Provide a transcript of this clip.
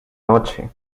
noche